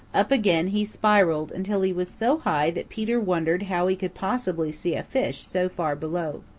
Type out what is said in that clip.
up again he spiraled until he was so high that peter wondered how he could possibly see a fish so far below.